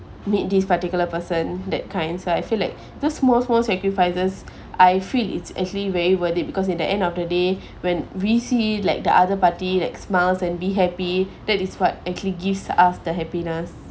meet this particular person that kind so I feel like those small small sacrifices I feel it's actually very worth it because at the end of the day when we see like the other party like smiles and be happy that is what actually gives us the happiness